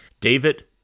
David